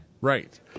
Right